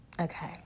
Okay